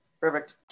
Perfect